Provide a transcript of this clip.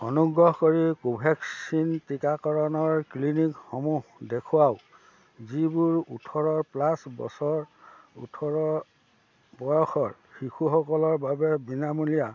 অনুগ্ৰহ কৰি কোভেক্সিন টিকাকৰণ ক্লিনিকসমূহ দেখুৱাওক যিবোৰ ওঠৰ প্লাছ বছৰ ওঠৰ বয়সৰ শিশুসকলৰ বাবে বিনামূলীয়া